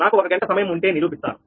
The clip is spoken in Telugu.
నాకు ఒక గంట సమయ ఉంటే నిరూపిస్తాను